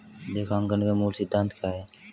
लेखांकन के मूल सिद्धांत क्या हैं?